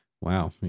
Wow